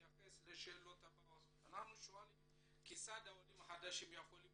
השאלות הבאות: 1. כיצד העולים החדשים יכולים